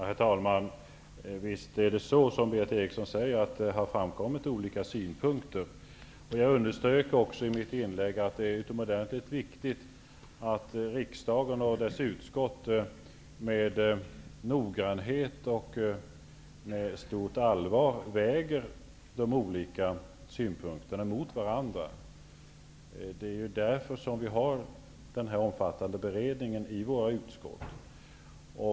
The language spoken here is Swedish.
Herr talman! Visst har det, som Berith Eriksson säger, framkommit olika synpunkter. I mitt tidigare anförande underströk jag också att det är utomordentligt viktigt att riksdagen och dess utskott med noggrannhet och stort allvar väger olika synpunkter mot varandra. Det är ju därför som det förekommer ett omfattande beredningsarbete i utskotten.